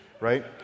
Right